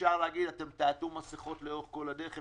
אפשר להגיד שיעטו מסכות לאורך כל הדרך,